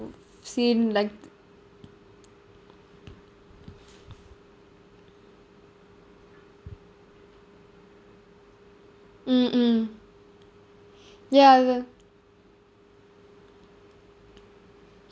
seen like mm mm ya the